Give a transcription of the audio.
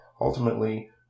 ultimately